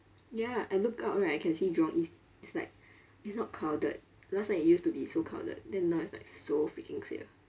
ya I look out right I can see jurong east it's like it's not clouded last time it used to be so clouded then now it's like so freaking clear